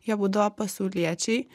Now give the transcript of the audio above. jie būdavo pasauliečiai